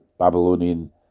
Babylonian